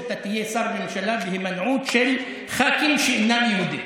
שאתה תהיה שר בממשלה בהימנעות של ח"כים שאינם יהודים.